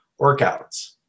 workouts